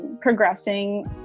progressing